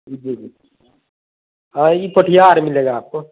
جی جی ہاں یہ پوٹھیا آر ملے گا آپ کو